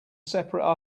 separate